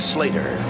Slater